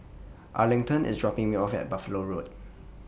Arlington IS dropping Me off At Buffalo Road